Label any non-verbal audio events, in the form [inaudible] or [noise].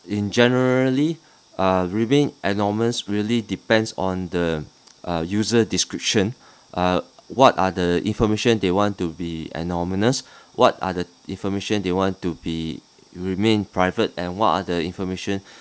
in generally uh remain anonymous really depends on the uh user description [breath] uh what are the information they want to be anonymous [breath] what are the information they want to be remain private and what are the information [breath]